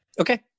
Okay